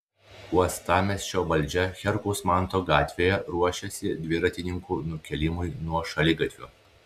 uostamiesčio valdžia herkaus manto gatvėje ruošiasi dviratininkų nukėlimui nuo šaligatvių